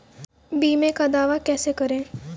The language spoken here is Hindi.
बीमे का दावा कैसे करें?